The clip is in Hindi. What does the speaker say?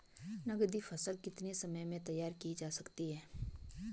नगदी फसल कितने समय में तैयार की जा सकती है?